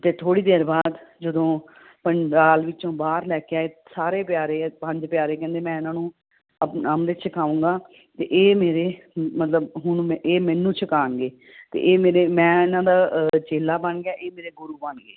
ਤਾਂ ਥੋੜ੍ਹੀ ਦੇਰ ਬਾਅਦ ਜਦੋਂ ਪੰਡਾਲ ਵਿੱਚੋਂ ਬਾਹਰ ਲੈ ਕੇ ਆਏ ਸਾਰੇ ਪਿਆਰੇ ਪੰਜ ਪਿਆਰੇ ਕਹਿੰਦੇ ਮੈਂ ਇਹਨਾਂ ਨੂੰ ਆਪਣਾ ਅੰਮ੍ਰਿਤ ਛਕਾਉਂਗਾ ਅਤੇ ਇਹ ਮੇਰੇ ਮਤਲਬ ਹੁਣ ਮੈਂ ਇਹ ਮੈਨੂੰ ਛਕਾਉਣਗੇ ਅਤੇ ਇਹ ਮੇਰੇ ਮੈਂ ਇਹਨਾਂ ਦਾ ਚੇਲਾ ਬਣ ਗਿਆ ਇਹ ਮੇਰੇ ਗੁਰੂ ਬਣ ਗਏ